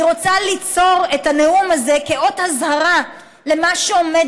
אני רוצה ליצור את הנאום הזה כאות אזהרה למה שעומד